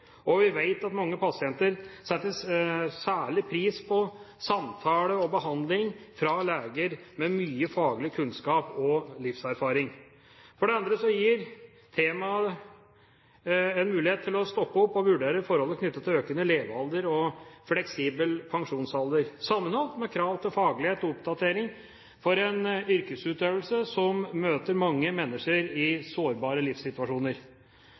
og vi vet at mange pasienter setter særlig pris på samtale med og behandling fra leger med mye faglig kunnskap og livserfaring. For det andre gir temaet en mulighet til å stoppe opp og vurdere forholdene knyttet til økende levealder og fleksibel pensjonsalder, sammenholdt med krav til faglighet og oppdatering for en yrkesutøvelse som møter mange mennesker i sårbare livssituasjoner.